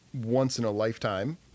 once-in-a-lifetime